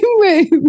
room